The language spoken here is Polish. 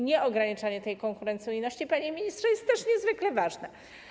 Nieograniczanie tej konkurencyjności, panie ministrze, też jest niezwykle ważne.